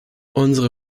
unsere